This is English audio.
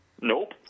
Nope